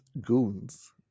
goons